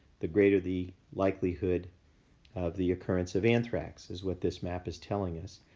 the greater the likelihood of the occurrence of anthrax is what this map is telling us.